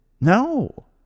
No